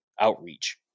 outreach